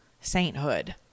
Sainthood